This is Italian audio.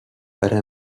fare